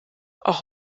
auch